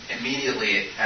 immediately